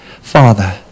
Father